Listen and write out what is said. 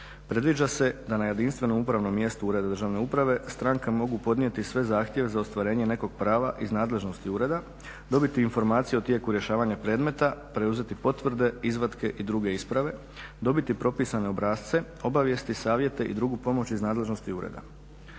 predviđa se da na jedinstvenom upravnom mjestu ureda državne uprave stranke mogu podnijeti sve zahtjeve za ostvarenje nekog prava iz nadležnosti ureda, dobiti informaciju u tijeku rješavanja predmeta, preuzeti potvrde, izvatke i druge isprave, dobiti propisane obrasce, obavijesti, savjete i drugu pomoć iz nadležnosti ureda.